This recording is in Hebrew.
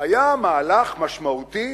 היה מהלך משמעותי